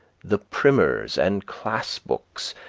the primers and class-books,